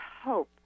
hope